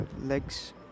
legs